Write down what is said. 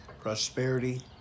prosperity